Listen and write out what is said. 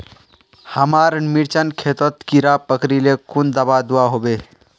हमार मिर्चन खेतोत कीड़ा पकरिले कुन दाबा दुआहोबे?